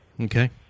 Okay